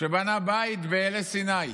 שבנה בית באלי סיני.